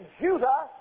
Judah